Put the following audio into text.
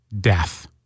death